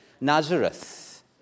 Nazareth